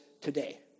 today